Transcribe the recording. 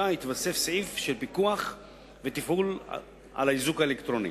יתווסף סעיף של פיקוח על האיזוק האלקטרוני